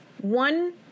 One